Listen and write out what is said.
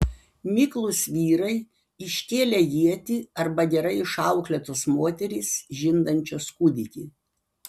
miklūs vyrai iškėlę ietį arba gerai išauklėtos moterys žindančios kūdikį